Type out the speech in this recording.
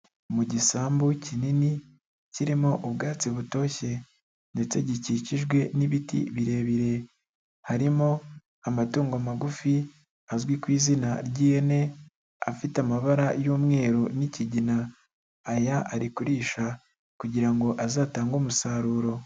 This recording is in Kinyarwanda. Mu gisambu kinini kirimo ubwatsi butoshye, ndetse gikikijwe n'ibiti birebire, harimo amatungo magufi azwi ku izina ry'ihene, afite amabara y'umweru n'ikigina aya ari kuririsha kugira ngo azatange umusaruro.